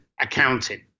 accounting